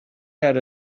had